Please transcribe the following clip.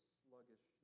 sluggish